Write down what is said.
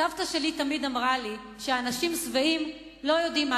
סבתא שלי תמיד אמרה לי שאנשים שבעים לא יודעים מה